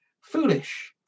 foolish